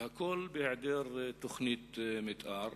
והכול בהעדר תוכנית מיתאר.